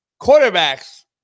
quarterbacks